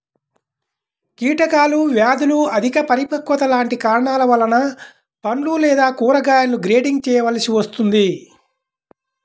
కీటకాలు, వ్యాధులు, అధిక పరిపక్వత లాంటి కారణాల వలన పండ్లు లేదా కూరగాయలను గ్రేడింగ్ చేయవలసి వస్తుంది